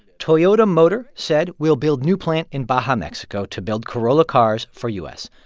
toyota motor said will build new plant in baja, mexico, to build corolla cars for u s.